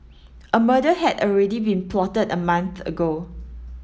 a murder had already been plotted a month ago